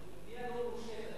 בנייה לא מורשית,